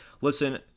Listen